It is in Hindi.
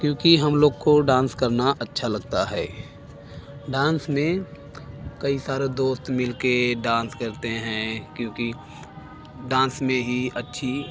क्योंकि हम लोग को डांस करना अच्छा लगता है डांस में कईं सारे दोस्त मिल के डांस करते हैं क्योंकि डांस में ही अच्छी